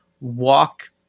walk